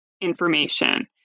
information